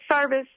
service